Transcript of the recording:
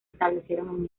establecieron